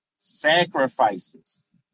Sacrifices